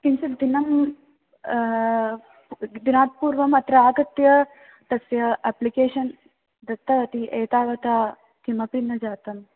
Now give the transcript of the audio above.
किञ्चित् दिनं दिनात् पूर्वम् अत्र आगत्य तस्य अप्लिकेशन् दत्तवती एतावत् किमपि न जातम्